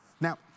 Now